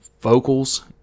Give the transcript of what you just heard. vocals